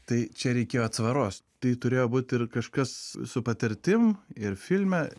tai čia reikėjo atsvaros tai turėjo būt ir kažkas su patirtim ir filme